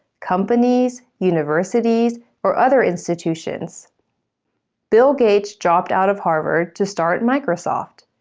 companies, universities or other institutions bill gates dropped out of harvard to start microsoft.